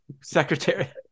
secretary